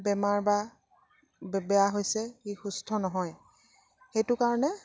বেমাৰ বা বেয়া হৈছে ই সুস্থ নহয় সেইটো কাৰণে